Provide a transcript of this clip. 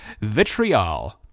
Vitriol